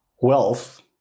wealth